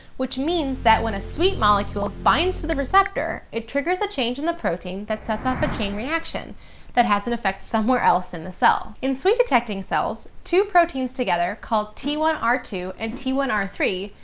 which means that when a sweet molecule binds to the receptor, it triggers a change in the protein that sets off a chain reaction that has an effect somewhere else in the cell. in sweet-detecting cells, two proteins together, called t one r two and t one r three,